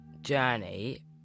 journey